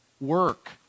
work